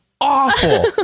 awful